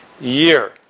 year